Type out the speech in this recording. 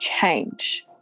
change